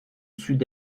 sud